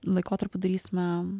laikotarpiu darysime